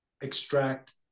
extract